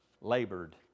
labored